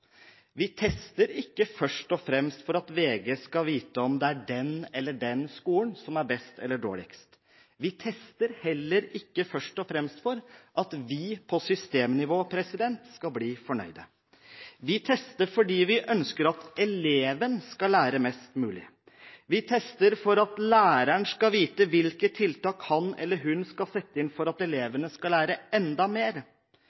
Vi tester ikke først og fremst for at VG skal vite om det er den eller den skolen som er best eller dårligst. Vi tester heller ikke først og fremst for at vi på systemnivå skal bli fornøyde. Vi tester fordi vi ønsker at eleven skal lære mest mulig. Vi tester for at læreren skal vite hvilke tiltak han eller hun skal sette inn for at elevene skal lære enda mer.